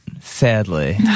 sadly